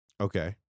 okay